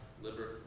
liberal